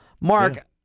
Mark